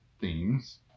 themes